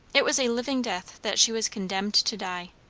it was a living death that she was condemned to die.